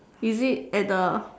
is it at the